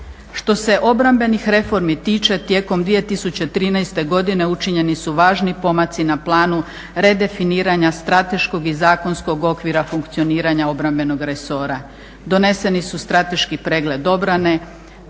Što se obrambenih reformi tiče, tijekom 2013. godine učinjeni su važni pomaci na planu redefiniranja strateškog i zakonskog okvira funkcioniranja obrambenog resora. Doneseni su strateški pregled obrane,